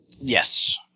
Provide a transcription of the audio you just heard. Yes